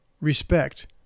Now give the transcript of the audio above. Respect